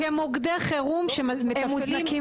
כמוקדי חירום שמתפעלים --- הם מוזנקים